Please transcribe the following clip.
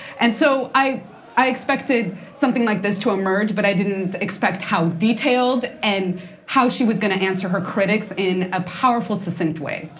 and so, i i expected something like this to emerge, but i didn't expect how detailed and how she was gonna answer her critics in a powerful succinct way.